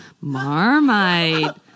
Marmite